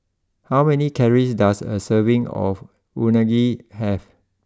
how many calories does a serving of Unagi have